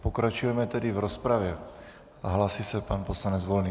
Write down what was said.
Pokračujeme tedy v rozpravě a hlásí se pan poslanec Volný.